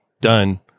done